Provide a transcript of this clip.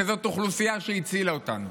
שזו אוכלוסייה שהצילה אותנו.